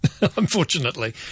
unfortunately